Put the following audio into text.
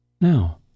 Now